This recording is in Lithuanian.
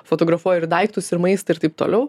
fotografuoji ir daiktus ir maistą ir taip toliau